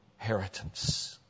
inheritance